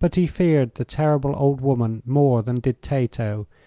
but he feared the terrible old woman more than did tato,